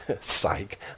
psych